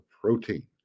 protein